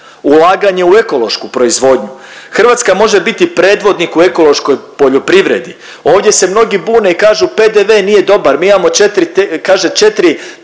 ulaganje u ekološku proizvodnju. Hrvatska može biti predvodnik u ekološkoj poljoprivredi. Ovdje se mnogi bune i kažu PDV nije dobar, mi imamo kaže četiri